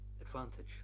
advantage